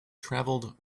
travelled